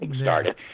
started